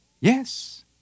yes